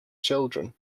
children